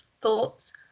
thoughts